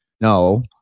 no